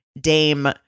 Dame